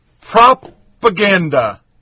propaganda